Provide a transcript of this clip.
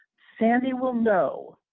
sandy will know,